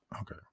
Okay